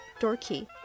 DOORKey